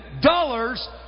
dollars